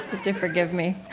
do, forgive me